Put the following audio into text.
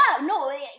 no